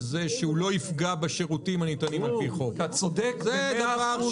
לא לפגוע בשירותים הניתנים על פי חוק.